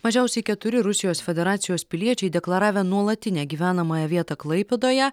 mažiausiai keturi rusijos federacijos piliečiai deklaravę nuolatinę gyvenamąją vietą klaipėdoje